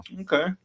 okay